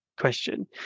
question